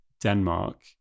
Denmark